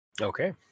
Okay